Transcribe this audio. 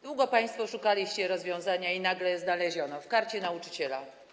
Długo państwo szukaliście rozwiązania i nagle znaleziono je w Karcie Nauczyciela.